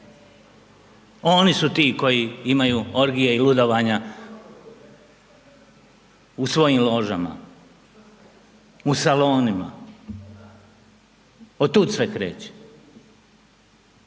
Oni su ti koji imaju orgije i ludovanja u svojim ložama. U salonima. Otud sve kreće.